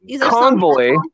Convoy